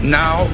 now